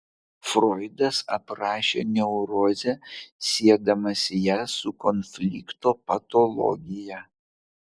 froidas aprašė neurozę siedamas ją su konflikto patologija